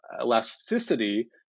elasticity